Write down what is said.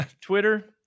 Twitter